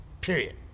Period